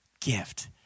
gift